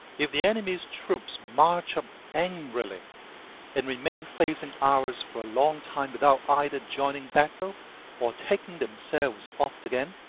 if the enemy's troops march up angrily and remain facing ours for a long time without either joining battle or taking themselves off again,